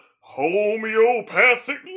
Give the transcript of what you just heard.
homeopathic